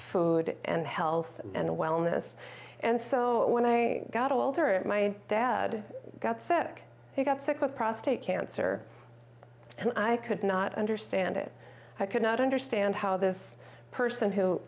food and health and wellness and so when i got older and my dad got sick he got sick with prostate cancer and i could not understand it i could not understand how this person who